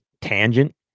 Tangent